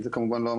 זו לא המטרה.